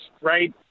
right